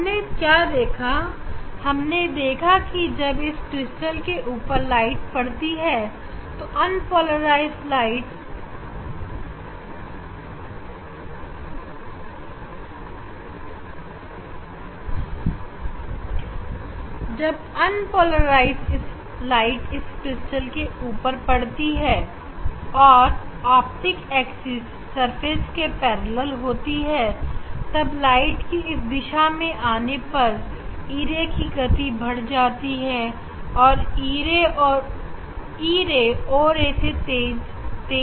हमने क्या देखा हमने देखा कि जब इस क्रिस्टल के ऊपर लाइट पड़ती है अनपोलराइज्ड लाइट और जब आप टेकैक्सिस सरफेस के पैर लाल होती है तब लाइट के इस दिशा में आगे जाने पर e ray की गति बढ़ जाती है और e ray o ray से तेज चलती है